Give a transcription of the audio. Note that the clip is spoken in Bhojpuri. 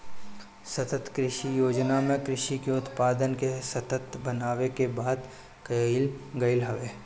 सतत कृषि योजना में कृषि के उत्पादन के सतत बनावे के बात कईल गईल हवे